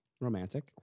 Romantic